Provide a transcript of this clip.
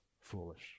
foolish